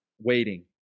waiting